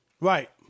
Right